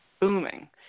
booming